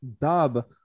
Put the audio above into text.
dub